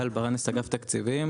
גל ברנס, אגף התקציבים.